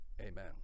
Amen